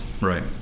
right